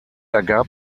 ergab